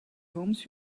homes